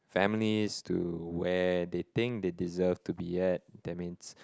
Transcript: families to where they think they deserve to be at that means